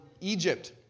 Egypt